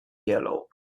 yellow